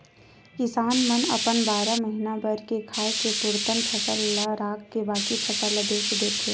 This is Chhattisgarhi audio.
किसान मन अपन बारा महीना भर के खाए के पुरतन फसल ल राखके बाकी फसल ल बेच देथे